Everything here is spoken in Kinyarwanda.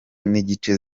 n’igice